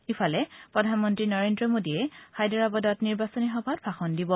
ইফালে তেলেংগানাত প্ৰধানমন্তী নৰেন্দ্ৰ মোদীয়ে হায়দৰাবাদত নিৰ্বাচনী সভাত ভাষণ দিব